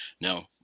Now